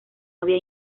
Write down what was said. había